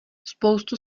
spoustu